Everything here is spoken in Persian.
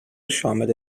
شامل